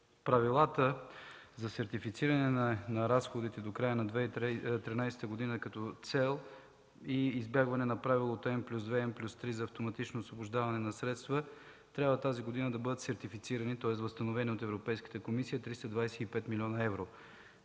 правилата за сертифициране на разходите до края на 2013 г. като цел и избягване на Правилото N+2, N+3 за автоматично освобождаване на средства трябва тази година да бъдат сертифицирани, тоест възстановени от Европейската комисия 325 млн. евро.